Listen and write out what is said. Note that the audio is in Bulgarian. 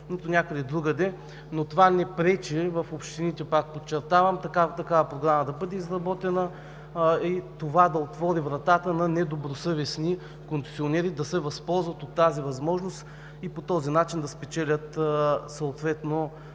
Но това не пречи в общините, пак подчертавам, такава програма да бъде изработена и това да отвори вратата на недобросъвестни концесионери да се възползват от тази възможност и по този начин да спечелят съответно